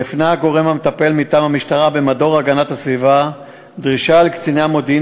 הפנה הגורם המטפל מטעם המשטרה במדור הגנת הסביבה דרישה לקציני המודיעין